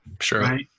Sure